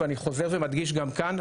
ואני חוזר ומדגיש גם כאן,